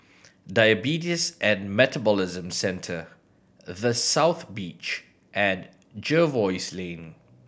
Diabetes and Metabolism Centre The South Beach and Jervois Lane